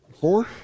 four